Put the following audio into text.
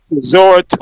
zora